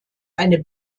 eine